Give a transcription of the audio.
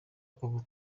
ubu